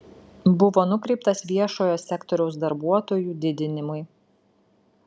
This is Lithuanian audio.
buvo nukreiptas viešojo sektoriaus darbuotojų didinimui